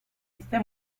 este